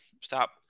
stop